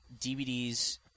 DVDs